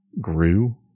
grew